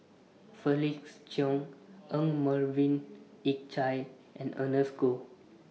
Felix Cheong Yong Melvin Yik Chye and Ernest Goh